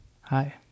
Hi